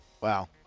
Wow